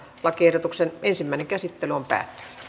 lakiehdotuksen ensimmäinen käsittely päättyi